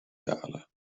dalen